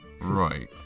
Right